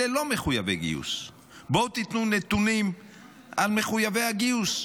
אלה לא מחויבי גיוס: בואו תיתנו נתונים על מחויבי הגיוס,